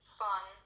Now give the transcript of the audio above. fun